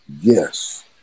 Yes